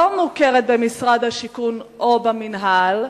לא מוכרת במשרד השיכון או במינהל,